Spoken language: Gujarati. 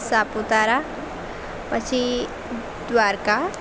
સાપુતારા પછી દ્વારકા